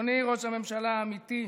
אדוני ראש הממשלה האמיתי,